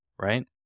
right